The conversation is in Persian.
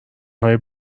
های